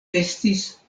estis